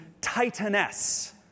Titaness